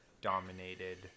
dominated